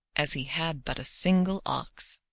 as he had but a single ox.